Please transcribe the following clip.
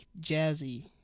jazzy